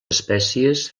espècies